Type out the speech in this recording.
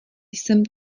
jsem